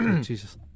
Jesus